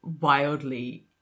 wildly